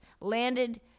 landed